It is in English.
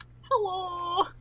Hello